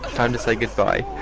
time to say goodbye